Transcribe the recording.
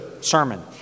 sermon